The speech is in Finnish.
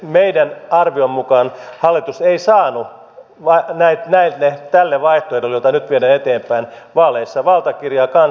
meidän arviomme mukaan hallitus ei saanut tälle vaihtoehdolle jota nyt viedään eteenpäin vaaleissa valtakirjaa kansalaisilta